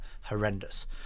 horrendous